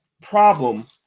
problem